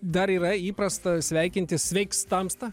dar yra įprasta sveikintis sveiks tamsta